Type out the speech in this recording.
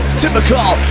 typical